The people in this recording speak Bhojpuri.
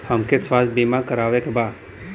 हमके स्वास्थ्य बीमा करावे के बा?